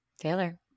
Taylor